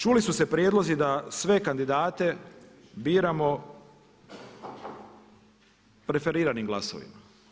Čuli su se prijedlozi da sve kandidate biramo preferiranim glasovima.